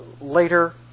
later